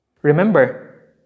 Remember